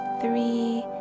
three